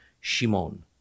Shimon